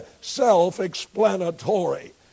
self-explanatory